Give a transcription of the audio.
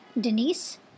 Denise